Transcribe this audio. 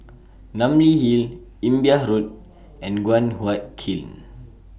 Namly Hill Imbiah Road and Guan Huat Kiln